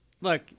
Look